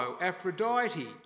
Aphrodite